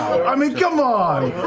i mean, come on.